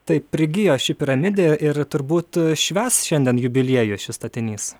taip prigijo ši piramidė ir turbūt švęs šiandien jubiliejų šis statinys